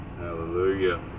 Hallelujah